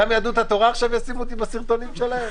גם יהדות התורה ישימו אותי עכשיו בסרטונים שלהם?